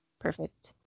Perfect